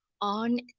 on